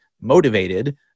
motivated